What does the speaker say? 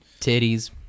Titties